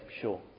sure